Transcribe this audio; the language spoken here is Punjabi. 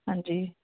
ਹਾਂਜੀ